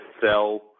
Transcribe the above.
sell